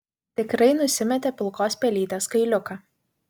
tikrai nusimetė pilkos pelytės kailiuką